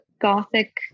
gothic